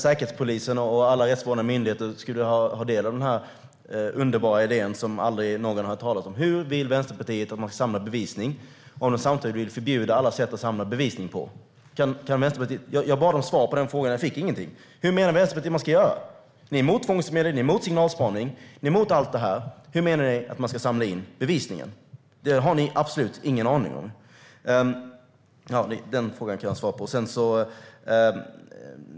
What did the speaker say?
Säkerhetspolisen och alla rättsvårdande myndigheter skulle kanske ha del av den här underbara idén, som aldrig någon har talat om. Hur vill Vänsterpartiet att man ska samla bevisning om Vänsterpartiet samtidigt vill förbjuda alla sätt att samla bevisning på? Jag bad om svar på den frågan. Jag fick inget. Hur menar Vänsterpartiet att man ska göra? Ni är emot tvångsmedel. Ni är emot signalspaning. Ni är emot allt det här. Hur menar ni att man ska samla in bevisningen? Det har ni absolut ingen aning om - ja, den frågan kan jag svara på.